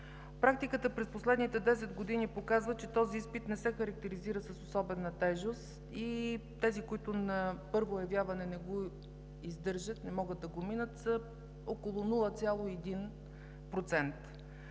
Практиката през последните десет години показва, че този изпит не се характеризира с особена тежест и тези, които на първо явяване не го издържат, не могат да го минат, са около 0,1%.